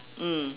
mm